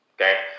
Okay